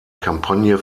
kampagne